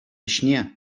ӗҫне